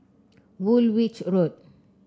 Woolwich Road